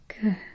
Good